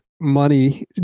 money